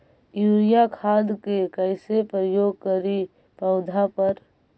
Urea खाद के कैसे प्रयोग करि पौधा पर?